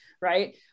right